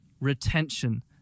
retention